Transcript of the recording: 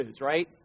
right